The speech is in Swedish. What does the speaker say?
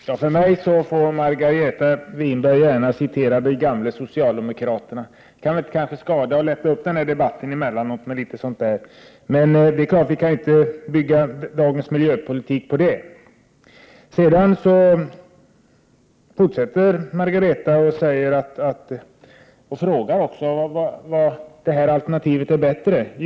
Herr talman! För mig får Margareta Winberg gärna citera de gamla socialdemokraterna. Det kan väl inte skada att lätta upp med litet sådant emellanåt, men vi kan ju inte bygga dagens miljöpolitik på detta. Margareta Winberg fortsätter och frågar på vad sätt alternativet är bättre.